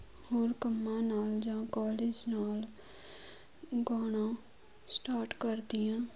ਹੋਰ ਕੰਮਾਂ ਨਾਲ ਜਾਂ ਕੋਲਜ ਨਾਲ ਗਾਉਣਾ ਸਟਾਰਟ ਕਰਦੀ ਹਾਂ